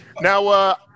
Now